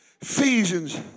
Ephesians